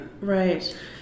Right